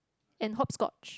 and hopscotch